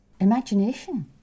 Imagination